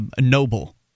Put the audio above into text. noble